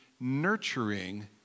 nurturing